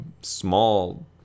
small